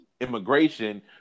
immigration